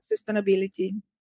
sustainability